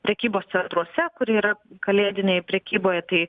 prekybos centruose kur yra kalėdinėj prekyboje tai